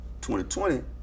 2020